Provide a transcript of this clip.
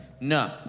No